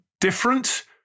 different